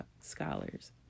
scholars